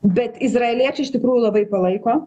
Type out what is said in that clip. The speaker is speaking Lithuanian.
bet izraeliečiai iš tikrųjų labai palaiko